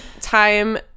time